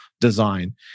design